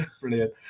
brilliant